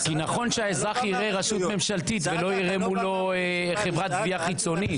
כי נכון שהאזרח יראה רשות ממשלתית ולא יראה מולו חברת גבייה חיצונית.